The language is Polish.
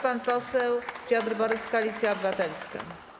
Pan poseł Piotr Borys, Koalicja Obywatelska.